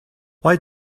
why